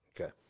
Okay